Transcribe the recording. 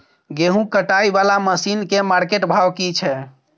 गेहूं कटाई वाला मसीन के मार्केट भाव की छै?